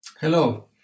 Hello